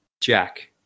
Jack